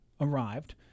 arrived